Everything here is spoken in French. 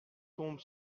tombe